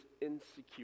insecure